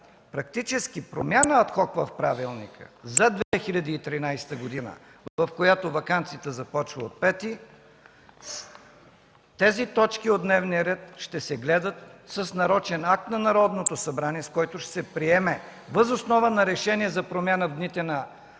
за промяна ад хок в правилника за 2013 г., в която ваканцията започва от 5-и, тези точки от дневния ред ще се гледат с нарочен акт на Народното събрание, който ще се приеме въз основа на решение за промяна в дните за